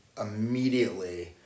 immediately